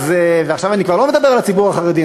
ועכשיו אני כבר לא מדבר על הציבור החרדי,